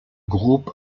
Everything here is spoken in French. groupe